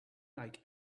like